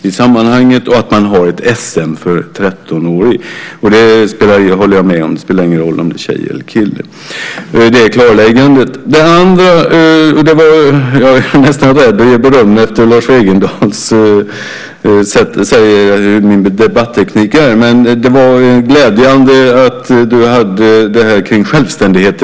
Jag reagerade också emot att man har ett SM för 13-åringar, och där håller jag med om att det inte spelar någon roll om det är tjejer eller killar. Det var det klarläggandet. Sedan är jag nästan rädd att ge beröm efter vad Lars Wegendal sade om min debatteknik, men det var glädjande att du hade med detta kring idrottens självständighet.